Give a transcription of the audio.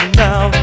now